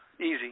easy